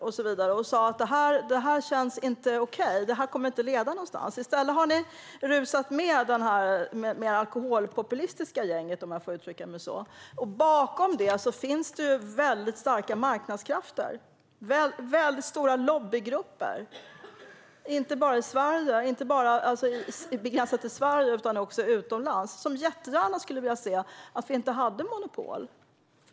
Ni kunde ha sagt att detta inte kändes okej och att det inte kommer att leda någonstans, men i stället har ni rusat med i det alkoholpopulistiska gänget. Bakom detta finns det väldigt starka marknadskrafter och stora lobbygrupper. Det är inte bara begränsat till Sverige utan finns också utomlands. De skulle jättegärna vilja att vi inte hade monopol.